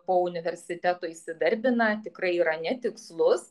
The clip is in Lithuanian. po universiteto įsidarbina tikrai yra netikslus